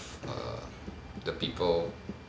err the people